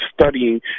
studying